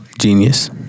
Genius